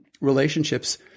relationships